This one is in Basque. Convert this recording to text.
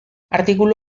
artikulu